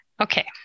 okay